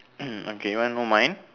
okay want to know mine